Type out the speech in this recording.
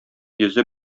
йөзе